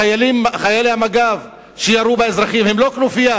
חיילי המג"ב שירו באזרחים הם לא כנופיה.